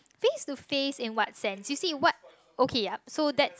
face to face in what sense you see what okay yup so that's